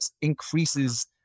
increases